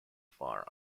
far